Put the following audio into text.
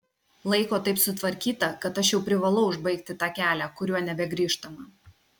laiko taip sutvarkyta kad aš jau privalau užbaigti tą kelią kuriuo nebegrįžtama